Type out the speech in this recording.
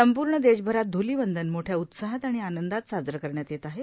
संपूर्ण देशभरात धुलिवंदन मोठ्या उत्साहात आणि आनंदात साजरं करण्यात येत आहे